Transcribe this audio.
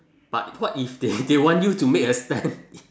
but what if they they want you to make a stand